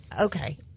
Okay